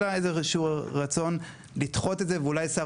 אלא איזשהו רצון לדחות את זה ואולי שר